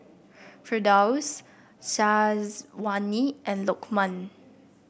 Firdaus Syazwani and Lokman